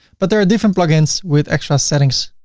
but there are different plugins with extra settings.